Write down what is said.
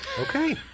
Okay